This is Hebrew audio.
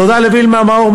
תודה לווילמה מאור,